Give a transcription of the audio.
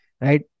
Right